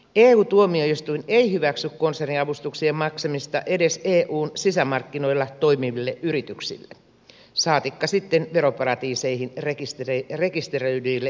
eu tuomioistuin ei hyväksy konserniavustuksien maksamista edes eun sisämarkkinoilla toimiville yrityksille saatikka sitten veroparatiiseihin rekisteröidyille yhtiöille